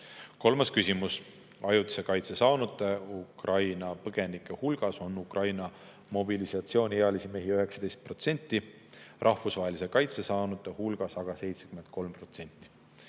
Kolmas küsimus: "Ajutise kaitse saanute Ukraina põgenike hulgas on Ukraina mobilisatsiooniealisi mehi 19%, rahvusvahelise kaitse saanute hulgas aga 73%.